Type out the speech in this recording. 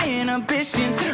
inhibitions